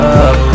up